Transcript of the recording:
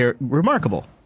remarkable